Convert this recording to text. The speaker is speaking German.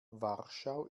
warschau